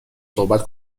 صحبت